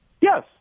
Yes